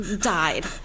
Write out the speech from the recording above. died